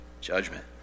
Judgment